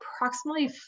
approximately